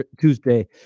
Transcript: Tuesday